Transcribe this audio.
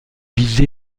visé